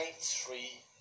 three